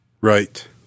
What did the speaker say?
Right